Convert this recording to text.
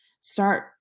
start